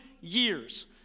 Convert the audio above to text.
years